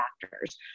factors